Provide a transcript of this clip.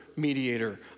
mediator